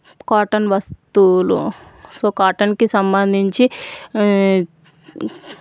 cotton వస్తువులు so కాటన్కి సంబంధించి